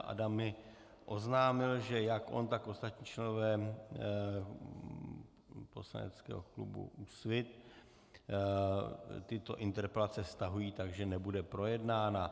Adam mi oznámil, že jak on, tak ostatní členové poslaneckého klubu Úsvit tyto interpelace stahují, takže nebude projednána.